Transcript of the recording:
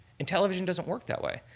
and television doesn't work that way.